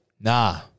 Nah